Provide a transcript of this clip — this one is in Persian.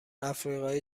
آفریقای